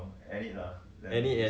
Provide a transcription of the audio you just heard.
so how do we go about